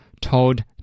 told